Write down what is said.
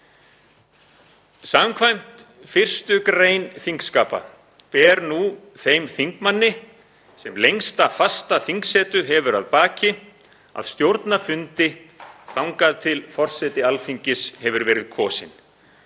Samkvæmt 1. gr. þingskapa ber nú þeim þingmanni sem lengsta fasta þingsetu hefur að baki að stjórna fundi þangað til forseti Alþingis hefur verið kosinn.